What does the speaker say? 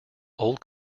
old